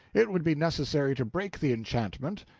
it would be necessary to break the enchantment,